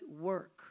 work